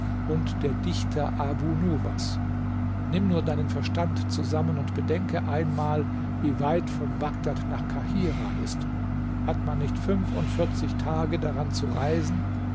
und der dichter abu nuwas nimm nur deinen verstand zusammen und bedenke einmal wie weit von bagdad nach kahirah ist hat man nicht fünfundvierzig tage daran zu reisen